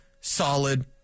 solid